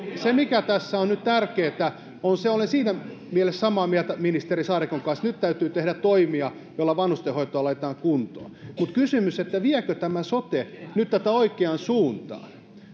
se mikä tässä on nyt tärkeää olen siinä mielessä samaa mieltä ministeri saarikon kanssa on että nyt täytyy tehdä toimia joilla vanhustenhoitoa laitetaan kuntoon mutta kysymys on viekö tämä sote nyt tätä oikeaan suuntaan